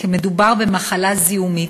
כי מדובר במחלה זיהומית